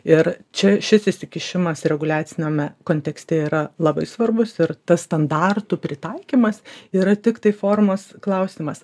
ir čia šis įsikišimas reguliaciniame kontekste yra labai svarbus ir tas standartų pritaikymas yra tiktai formos klausimas